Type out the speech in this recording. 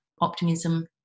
optimism